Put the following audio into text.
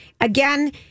Again